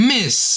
Miss